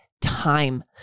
time